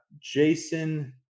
Jason